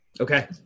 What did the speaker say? Okay